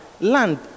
land